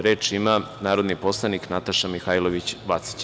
Reč ima narodni poslanik Nataša Mihajlović Vacić.